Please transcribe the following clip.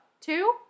Two